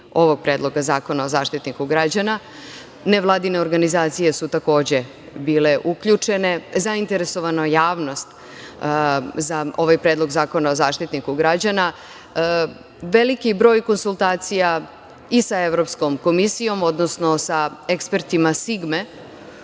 ovog Predloga zakona o Zaštitniku građana, nevladine organizacije su takođe bile uključene, zainteresovana je javnost za ovaj Predlog zakona o Zaštitniku građana, veliki broj konsultacija i sa Evropskom komisijom, odnosno sa ekspertima SIGME,